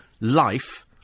life